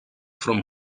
from